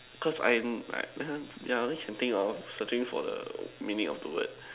cause I'm right ya I only can think of searching for the meaning of the word